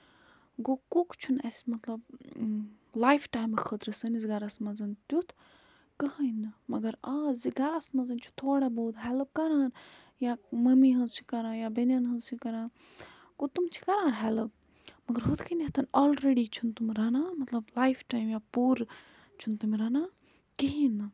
گوٚو کُک چھُنہٕ اَسہِ مطلب لایف ٹایمہٕ خٲطرٕ سٲنِس گرَس منٛز تِیُتھ کٕہٕنۍ نہٕ مَگر آز گرَس منٛز چھُ تھوڑا بہت ہیلٕپ کران یا مٔمی ہٕنز چھِ کران یا بیٚنین ہٕنز چھِ کران گوٚو تِم چھِ کران ہیلٕپ مَگر ہُتھ کینیتھ آلریڈی چھنہٕ تِم رَنان مطلب لایف ٹایم یا پوٗرٕ چھُنہٕ تِم رَنان کِہیٖںۍ نہٕ